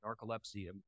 narcolepsy